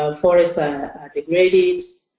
um forests are degraded.